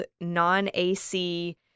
non-AC